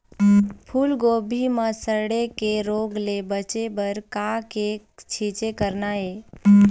फूलगोभी म सड़े के रोग ले बचे बर का के छींचे करना ये?